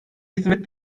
hizmet